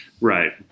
Right